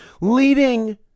Leading